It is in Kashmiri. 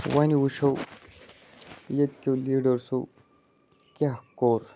وۄنۍ وٕچھو ییٚتہِ کیو لیٖڈَرسو کیٛاہ کوٚر